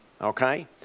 Okay